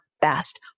best